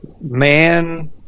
man